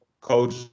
Coach –